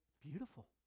beautiful